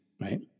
right